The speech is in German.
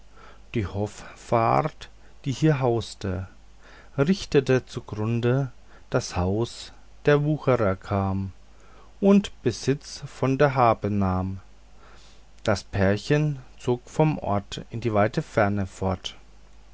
die hoffart die hier hauste richtete zugrunde das haus der wuchrer kam und besitz von der habe nahm das pärchen zog vom ort in die weite welt fort